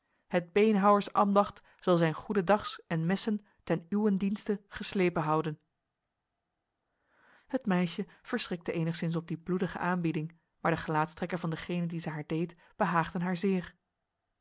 het beenhouwersambacht zal zijn goedendags en messen ten uwen dienste geslepen houden het meisje verschrikte enigszins op die bloedige aanbieding maar de gelaatstrekken van degene die ze haar deed behaagden haar zeer